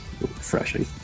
refreshing